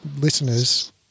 listeners